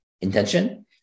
intention